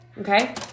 Okay